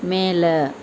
மேலே